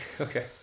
Okay